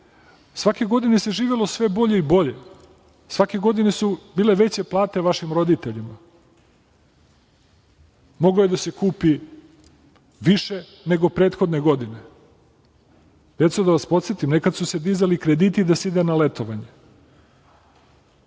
svake godine se živelo sve bolje i bolje, svake godine su bile veće plate vašim roditeljima, moglo je da se kupi više nego prethodne godine. Deco, da vas podsetim, nekada su se dizali krediti da se ide na letovanje,